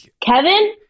Kevin